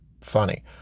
funny